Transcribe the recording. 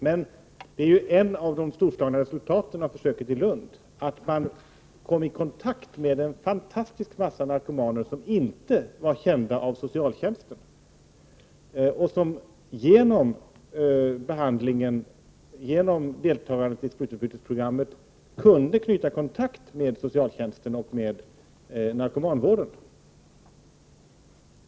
Men ett av de storslagna resultaten av försöket i Lund är ju att man kom i kontakt med en fantastisk massa narkomaner som inte var kända av socialtjänsten och som genom deltagandet i sprututbytesprogrammet kunde knyta kontakt med socialtjänsten och med narkomanvården.